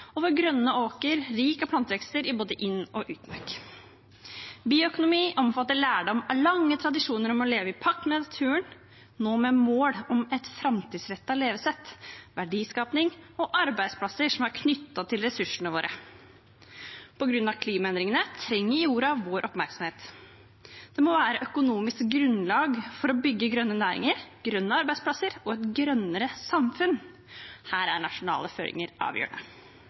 og vår grønne åker, rik på plantevekster, i både inn- og utmark. Bioøkonomi omfatter lærdom med lange tradisjoner om å leve i pakt med naturen, nå med mål om et framtidsrettet levesett, verdiskaping og arbeidsplasser som er knyttet til ressursene våre. På grunn av klimaendringene trenger jorda vår oppmerksomhet. Det må være økonomisk grunnlag for å bygge grønne næringer, grønne arbeidsplasser og et grønnere samfunn. Her er nasjonale